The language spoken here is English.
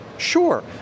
Sure